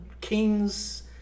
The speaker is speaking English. kings